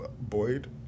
Boyd